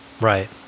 Right